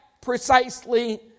precisely